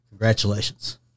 Congratulations